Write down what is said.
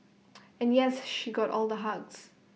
and yes she got all the hugs